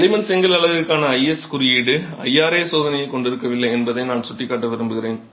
களிமண் செங்கல் அலகுக்கான IS குறியீடு IRA சோதனையைக் கொண்டிருக்கவில்லை என்பதை நான் சுட்டிக்காட்ட விரும்புகிறேன்